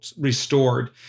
restored